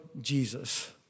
Jesus